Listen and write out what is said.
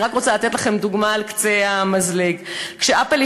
ואני רוצה לתת לכם דוגמה על קצה המזלג: כש"אפל"